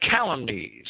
calumnies